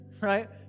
right